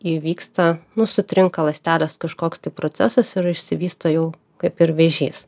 įvyksta nu sutrinka ląstelės kažkoks tai procesas ir išsivysto jau kaip ir vėžys